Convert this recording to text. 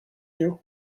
you